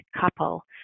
couple